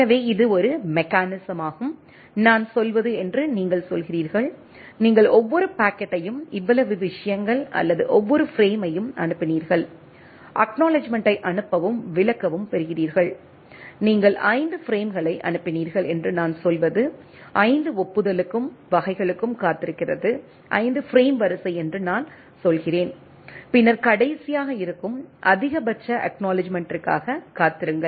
எனவே இது ஒரு மெக்கானிசமாகும் நான் சொல்வது என்று நீங்கள் சொல்கிறீர்கள் நீங்கள் ஒவ்வொரு பாக்கெட்டையும் இவ்வளவு விஷயங்கள் அல்லது ஒவ்வொரு பிரேமையும் அனுப்பினீர்கள் அக்நாலெட்ஜ்மெண்ட்டைப் அனுப்பவும் விளக்கவும் பெறுகிறீர்கள் நீங்கள் 5 பிரேம்களை அனுப்பினீர்கள் என்று நான் சொல்வது 5 ஒப்புதலுக்கும் வகைகளுக்கும் காத்திருக்கிறது 5 பிரேம் வரிசை என்று நான் சொல்கிறேன் பின்னர் கடைசியாக இருக்கும் அதிகபட்ச அக்நாலெட்ஜ்மெண்டிற்காக காத்திருங்கள்